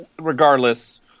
regardless